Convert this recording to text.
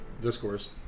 discourse